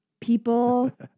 People